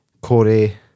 Corey